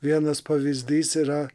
vienas pavyzdys yra